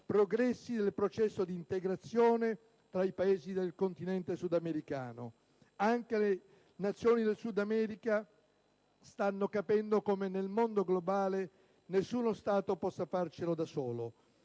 progressi del processo di integrazione tra i Paesi del continente sudamericano. Anche le Nazioni del Sudamerica stanno capendo come nel mondo globale nessuno Stato possa farcela da solo.